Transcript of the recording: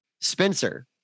spencer